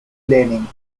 lenin